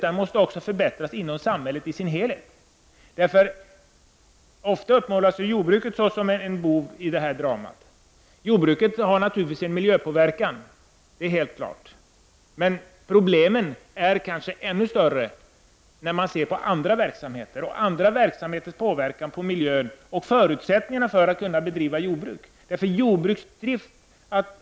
Den måste också förbättras i samhället som helhet. Ofta utpekas ju jordbruket som en bov i detta drama. Jordbruket påverkar naturligtvis miljön, det är helt klart, men problemen är kanske ännu större om man ser på andra verksamheter och dessa verksamheters påverkan på miljön och om man ser på förutsättningarna för att bedriva jordbruk.